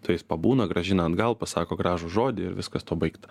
su jais pabūna grąžina atgal pasako gražų žodį ir viskas tuo baigta